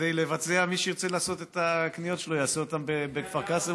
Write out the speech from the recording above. מי שירצה לעשות את הקניות שלו יעשה אותן בכפר קאסם,